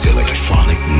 Electronic